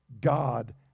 God